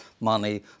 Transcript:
money